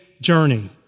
journey